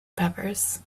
peppers